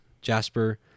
jasper